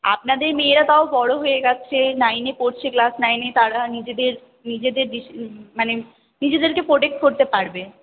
আপনাদের মেয়েরা তাও বড় হয়ে গেছে নাইনে পড়ছে ক্লাস নাইনে তারা নিজেদের নিজেদের মানে নিজেদেরকে প্রোটেক্ট করতে পারবে